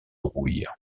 rouille